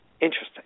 Interesting